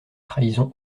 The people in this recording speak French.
trahison